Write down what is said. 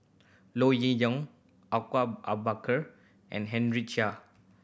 Low Yen Ling Awang ah Bakar and Henry Chia